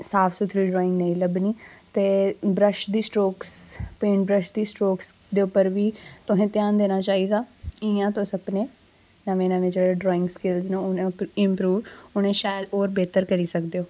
साफ सुथरी ड्राइंग नेईं लब्भनी ते ब्रश दी स्ट्रोक्स पेंट ब्रश दी स्ट्रोक्स दे उप्पर वी तुसें ध्यान देना चाहिदा इं'या तुस अपने नमें नमें जेह्ड़े ड्राइंग स्किल्स न उनेंगी इम्प्रूव उनें ई शैल और बेह्तर करी सकदे ओ